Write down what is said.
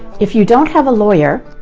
if you don't have a lawyer,